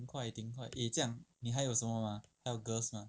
挺快挺快 eh 这样你还有什么吗还有 girls mah